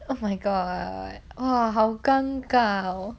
oh my god !wow! 好尴尬哦